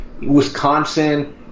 Wisconsin